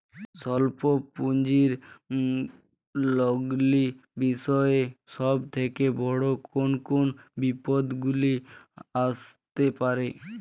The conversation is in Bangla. স্বল্প পুঁজির লগ্নি বিষয়ে সব থেকে বড় কোন কোন বিপদগুলি আসতে পারে?